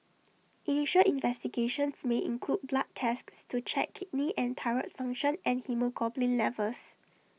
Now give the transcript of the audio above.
initial investigations may include blood tests to check kidney and thyroid function and haemoglobin levels